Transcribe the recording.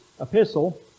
epistle